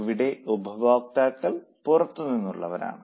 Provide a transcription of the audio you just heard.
ഇവിടെ ഉപയോക്താക്കൾ പുറത്തുള്ളവരാണ്